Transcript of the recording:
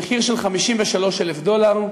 במחיר של 53,000 דולר,